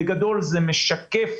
בגדול זה משקף